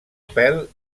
pèl